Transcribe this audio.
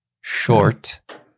short